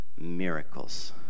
Miracles